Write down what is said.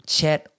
Chat